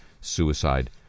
suicide